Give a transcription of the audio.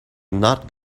not